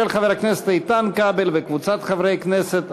של חבר הכנסת איתן כבל וקבוצת חברי הכנסת.